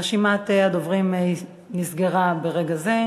רשימת הדוברים נסגרה ברגע זה.